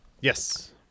Yes